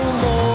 more